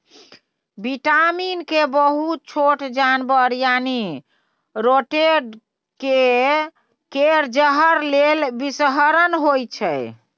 vitamin K बहुत छोट जानबर यानी रोडेंट केर जहर लेल बिषहरण होइ छै